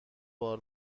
بار